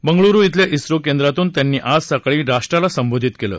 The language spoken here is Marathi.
बंगळुरु खेल्या झो केंद्रातून त्यांनी आज सकाळी राष्ट्राला संबोधित केलं